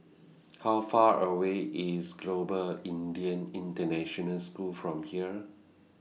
How Far away IS Global Indian International School from here